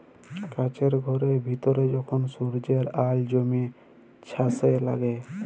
কাছের ঘরের ভিতরে যখল সূর্যের আল জ্যমে ছাসে লাগে